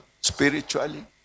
spiritually